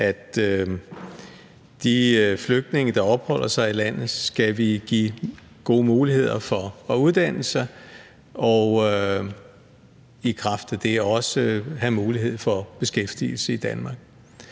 de flygtninge, der opholder sig i landet, gode muligheder for at uddanne sig, så de i kraft af det også har mulighed for beskæftigelse i Danmark.